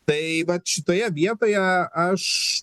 tai vat šitoje vietoje aš